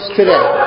today